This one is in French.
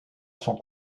son